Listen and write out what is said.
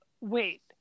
wait